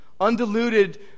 undiluted